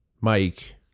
Mike